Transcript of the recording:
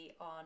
on